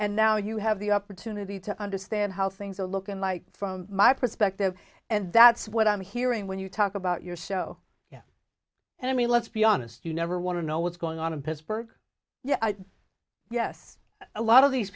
and now you have the opportunity to understand how things are looking like from my perspective and that's what i'm hearing when you talk about your show yeah i mean let's be honest you never want to know what's going on in pittsburgh yes a lot of these